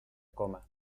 coma